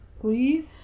please